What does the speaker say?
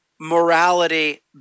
morality